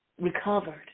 recovered